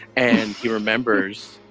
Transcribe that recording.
and he remembers